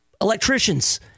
electricians